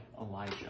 Elijah